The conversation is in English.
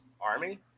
army